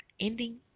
ending